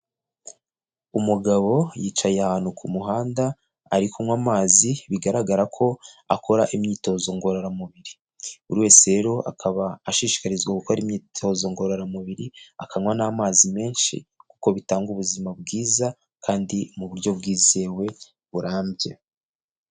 Umugabo yicaye ahantu ku muhanda, ari kunywa amazi, bigaragara ko akora imyitozo ngororamubiri. Buri wese rero, akaba ashishikarizwa gukora imyitozo ngororamubiri, akanywa n'amazi menshi kuko bitanga ubuzima bwiza kandi mu buryo bwizewe, burambye.